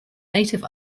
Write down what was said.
native